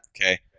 Okay